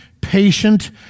patient